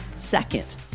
Second